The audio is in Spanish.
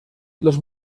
los